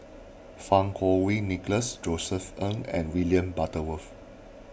Fang Kuo Wei Nicholas Josef Ng and William Butterworth